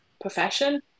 profession